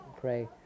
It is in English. pray